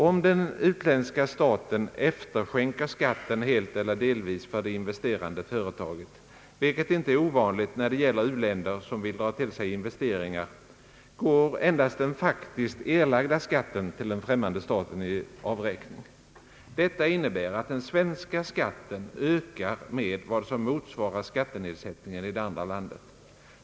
Om den utländska staten efterskänker skatten helt eller delvis för det investerande företaget — vilket inte är ovanligt när det gäller u-länder som vill dra till sig investeringar — går endast den till den främmande staten faktiskt erlagda skatten i avräkning. Detta innebär att den svenska skatten ökar med vad som motsvarar skattenedsättningen i det andra landet.